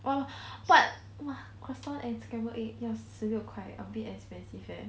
!wah! what !wah! croissant and scramble eggs ya 十六块 a bit expensive leh